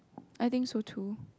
I think so too